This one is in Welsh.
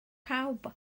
pawb